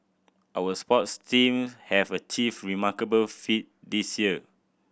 our sports teams have achieved remarkable feats this year